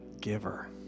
giver